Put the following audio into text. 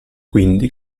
quindi